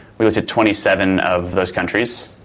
we looked at twenty seven of those countries,